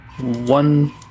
one